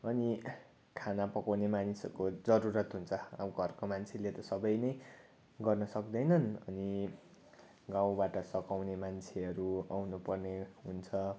अनि खाना पकाउने मानिसहरूको जरुरत हुन्छ अब घरको मान्छेले त सबै नै गर्न सक्दैनन् अनि गाउँबाट सघाउने मान्छेहरू आउनु पर्ने हुन्छ